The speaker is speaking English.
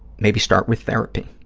maybe start with therapy.